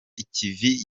ikivi